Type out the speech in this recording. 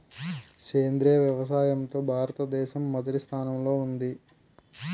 సేంద్రీయ వ్యవసాయంలో భారతదేశం మొదటి స్థానంలో ఉంది